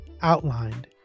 outlined